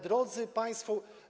Drodzy Państwo!